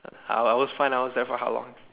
I I was fine I was there for how long